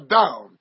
down